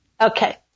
Okay